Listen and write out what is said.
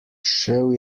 šel